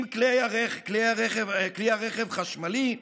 אם כלי הרכב חשמלי,